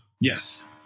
Yes